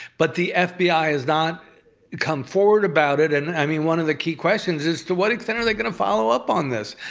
but the fbi has not come forward about it, and i mean one of the key questions is, to what extent are they going to follow up on this?